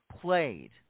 played